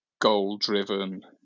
goal-driven